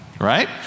right